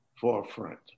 Forefront